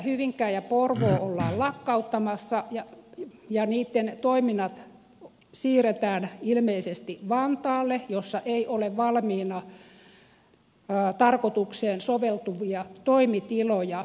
hyvinkää ja porvoo ollaan lakkauttamassa ja niitten toiminnat siirretään ilmeisesti vantaalle missä ei ole valmiina tarkoitukseen soveltuvia toimitiloja